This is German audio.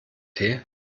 tee